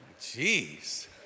Jeez